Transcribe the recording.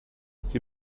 sie